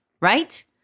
right